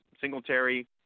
Singletary